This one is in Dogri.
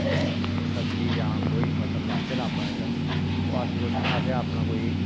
सब्जी जां कोई फसल लांदे न अपना जेह्ड़ा ते अस सोचने आं असें अपना कोई